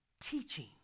Teaching